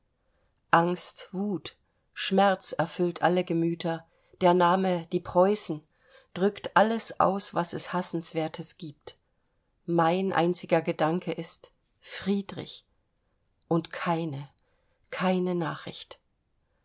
angst wut schmerz erfüllt alle gemüter der name die preußen drückt alles aus was es hassenswertes gibt mein einziger gedanke ist friedrich und keine keine nachricht